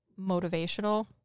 motivational